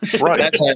Right